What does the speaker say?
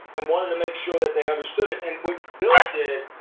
and wanted to make sure that they understood, and what bill did,